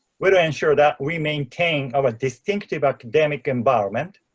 will ensure that we maintain our distinctive academic environment